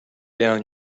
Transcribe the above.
down